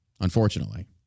unfortunately